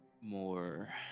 more